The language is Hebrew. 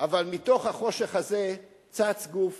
מתוך החושך הזה צץ גוף